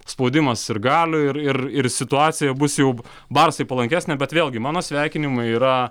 spaudimas sirgalių ir ir ir situacija bus jau barsai palankesnė bet vėlgi mano sveikinimai yra